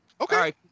okay